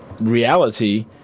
reality